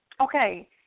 Okay